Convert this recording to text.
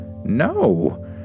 No